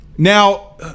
now